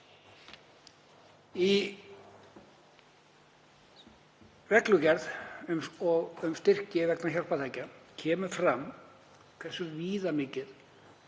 Í reglugerð um styrki vegna hjálpartækja kemur fram hversu viðamikið